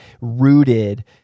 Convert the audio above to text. rooted